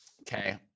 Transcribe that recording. Okay